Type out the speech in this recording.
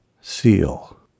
seal